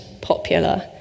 popular